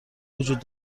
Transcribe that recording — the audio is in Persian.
وجود